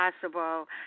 possible